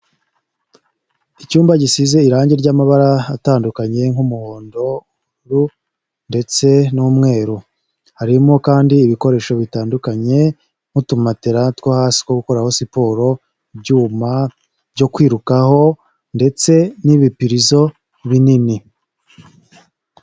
Icyumba gisize irange ry'amabara atandukanye nk'umuhondo, ubururu ndetse n'umweru, harimo kandi ibikoresho bitandukanye nk'utumatera two hasi two gukoreraho siporo, ibyuma byo kwirukaho ndetse n'ibipurizo binini.